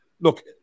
look